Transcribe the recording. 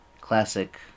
classic